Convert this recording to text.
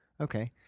Okay